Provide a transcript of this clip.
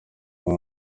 wowe